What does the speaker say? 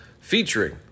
featuring